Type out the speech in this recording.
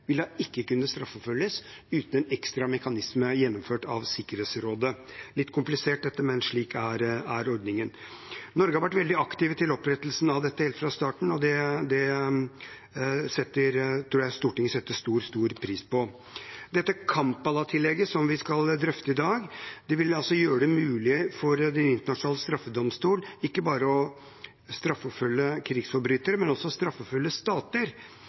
ikke kunne straffeforfølges uten en ekstra mekanisme gjennomført av Sikkerhetsrådet. Dette er litt komplisert, men slik er ordningen. Norge har vært veldig aktive i opprettelsen av dette helt fra starten, og det tror jeg Stortinget setter stor, stor pris på. Dette Kampala-tillegget, som vi skal drøfte i dag, vil gjøre det mulig for Den internasjonale straffedomstolen ikke bare å straffeforfølge krigsforbrytere, men også å straffeforfølge stater